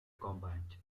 combat